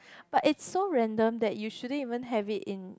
but it's so random that you shouldn't even have it in